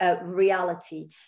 reality